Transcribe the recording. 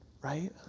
right